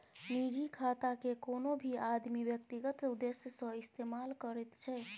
निजी खातेकेँ कोनो भी आदमी व्यक्तिगत उद्देश्य सँ इस्तेमाल करैत छै